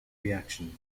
reaction